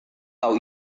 tahu